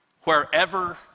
wherever